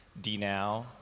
D-Now